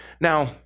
Now